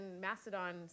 Mastodon